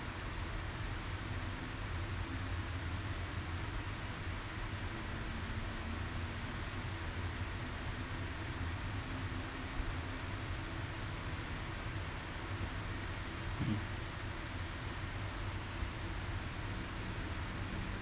mm